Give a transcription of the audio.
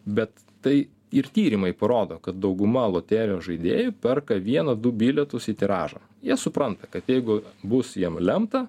bet tai ir tyrimai parodo kad dauguma loterijos žaidėjų perka vieną du bilietus į tiražą jie supranta kad jeigu bus jiem lemta